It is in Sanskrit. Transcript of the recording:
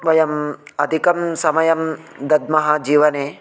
वयं अधिकं समयं दद्मः जीवने